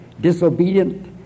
disobedient